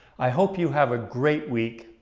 i hope you have a great week,